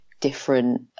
different